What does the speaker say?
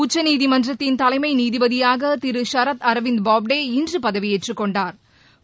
உச்சநீதிமன்றத்தின் தலைமை நீதிபதியாக திரு ஷரத் அரவிந்த் பாப்டே இன்று பதவியேற்றுக் கொண்டாா்